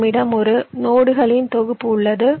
நம்மிடம் ஒரு நோடுகளின் தொகுப்பு உள்ளது